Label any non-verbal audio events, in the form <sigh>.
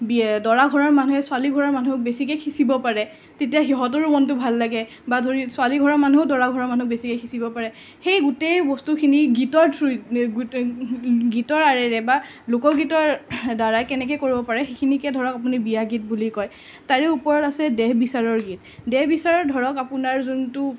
দৰা ঘৰৰ মানুহে ছোৱালী ঘৰৰ মানুহক বেছিকৈ সিঁচিব পাৰে তেতিয়া সিহঁতৰো মনটো ভাল লাগে বা ধৰি ছোৱালী ঘৰৰ মানুহেও দৰা ঘৰৰ মানুহক বেছিকৈ সিঁচিব পাৰে সেই গোটেই বস্তুখিনি গীতৰ থ্ৰ <unintelligible> গীতৰৰ আঁৰেৰে বা লোকগীতৰ দ্বাৰাই কেনেকৈ কৰিব পাৰে সেইখিনিকে ধৰক আপুনি বিয়া গীত বুলি কয় তাৰে ওপৰত আছে দেহ বিচাৰৰ গীত দেহ বিচাৰৰ ধৰক আপোনাৰ যোনটো